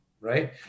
right